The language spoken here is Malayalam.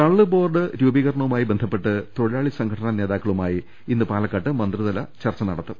കള്ള് ബോർഡ് രൂപീകരണവുമായി ബന്ധപ്പെട്ട് തൊഴിലാളി സംഘടനാ നേതാക്കളുമായി ഇന്ന് പാലക്കാട്ട് മന്ത്രിതല ചർച്ച നട ത്തും